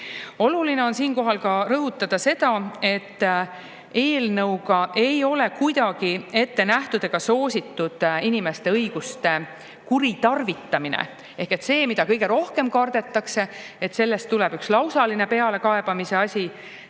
Oluline on siinkohal rõhutada seda, et see eelnõu ei näe ette ega soosi inimeste õiguste kuritarvitamist. Ehk see, mida kõige rohkem kardetakse, et sellest tuleb üks lausaline pealekaebamise asi.